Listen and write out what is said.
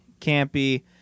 campy